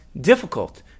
difficult